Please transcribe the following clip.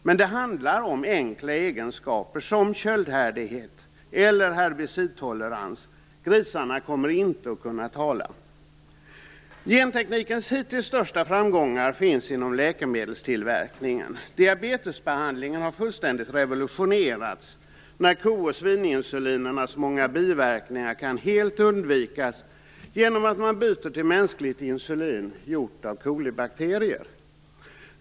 Men det handlar om enkla egenskaper, såsom köldhärdighet eller herbicidtolerans. Grisarna kommer inte att kunna tala! Genteknikens hittills största framgångar finns inom läkemedelstillverkningen. Diabetesbehandlingen har fullständigt revolutionerats. Ko och svininsulinernas många biverkningar kan helt undvikas genom bytet till mänskligt insulin, gjort av kolibakterier.